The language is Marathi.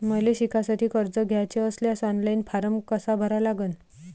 मले शिकासाठी कर्ज घ्याचे असल्यास ऑनलाईन फारम कसा भरा लागन?